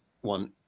one